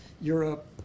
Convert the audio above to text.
Europe